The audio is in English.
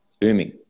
booming